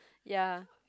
ya